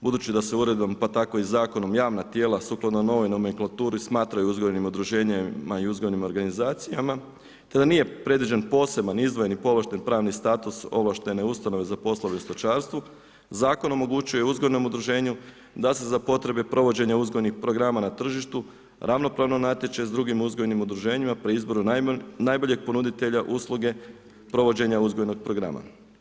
Budući da se uredbom, pa tako i zakon javna tijela, sukladno novoj nomenklaturi, smatraju uzgojnim udruženjima i uzgojnim organizacijama, te da nije predviđen, poseban, izdvojen pravni status ovlaštene ustanove za poslove u stočarstvu, zakon omogućuje uzgojnom udruženje, da se za potrebe provođenih uzgojnih programa na tržištu, ravnopravno natječe s drugim uzgajanim udruženjima po izboru najboljeg ponuditelja usluge provođenja uzgojnog programa.